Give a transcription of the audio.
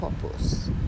purpose